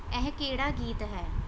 ਇਹ ਕਿਹੜਾ ਗੀਤ ਹੈ